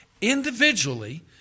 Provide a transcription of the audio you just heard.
individually